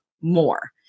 more